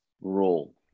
role